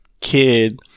kid